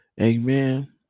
Amen